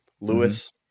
Lewis